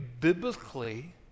biblically